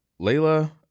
Layla